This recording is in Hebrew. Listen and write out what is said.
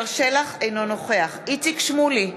אינו נוכח איציק שמולי,